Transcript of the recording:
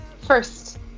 first